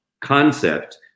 concept